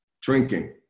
drinking